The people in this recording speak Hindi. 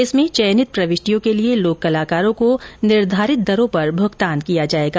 इसमें चयनित प्रविष्टियों के लिए लोक कलाकारों को निर्घारित दरों पर भूगतान किया जाएगा